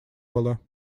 было